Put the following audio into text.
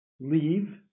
leave